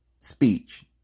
speech